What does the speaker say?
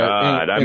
God